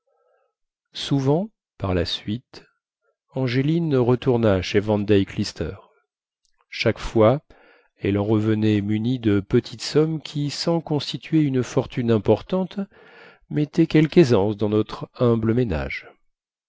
souvent par la suite angéline retourna chez van deyck lister chaque fois elle en revenait munie de petites sommes qui sans constituer une fortune importante mettaient quelque aisance dans notre humble ménage